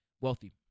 wealthy